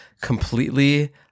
completely